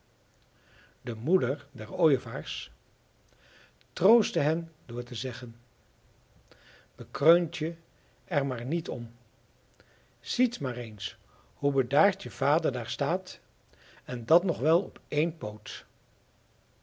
de moeder der ooievaars troostte hen door te zeggen bekreunt je er maar niet om ziet maar eens hoe bedaard je vader daar staat en dat nog wel op één poot